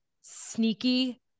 sneaky